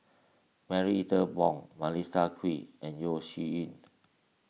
Marie Ethel Bong Melissa Kwee and Yeo Shih Yun